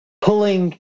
pulling